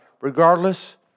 regardless